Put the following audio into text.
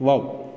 wow